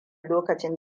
lokacin